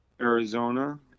Arizona